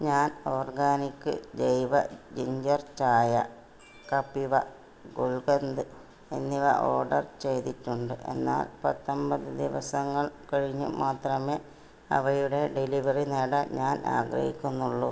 ഞാൻ ഓർഗാനിക് ജൈവ ജിൻജർ ചായ കപിവ ഗുൽകന്ദ് എന്നിവ ഓർഡർ ചെയ്തിട്ടുണ്ട് എന്നാൽ പത്തൊൻപത് ദിവസങ്ങൾ കഴിഞ്ഞ് മാത്രമേ അവയുടെ ഡെലിവറി നേടാൻ ഞാൻ ആഗ്രഹിക്കുന്നുള്ളൂ